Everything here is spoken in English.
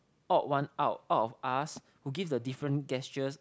odd one out out of us who give the different gestures